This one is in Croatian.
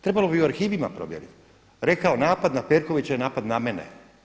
Trebalo bi u arhivima provjerit, rekao napad na Perkovića je napad na mene.